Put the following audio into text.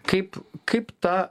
kaip kaip tą